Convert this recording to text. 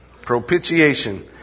Propitiation